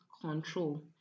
control